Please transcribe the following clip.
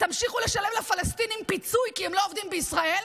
תמשיכו לשלם לפלסטינים פיצוי כי הם לא עובדים בישראל,